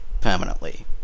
permanently